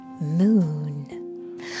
moon